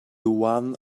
one